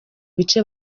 bice